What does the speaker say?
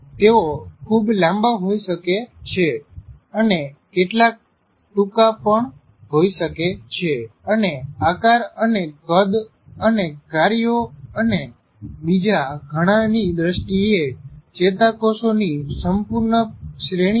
તેઓ ખૂબ લાંબા હોય શકે છે અને કેટલાક ટૂંકા હોય શકે છે અને આકાર અને કદ અને કાર્યો અને બીજા ઘણા ની દૃષ્ટિએ ચેતાકોષો ની સંપુર્ણ શ્રેણી છે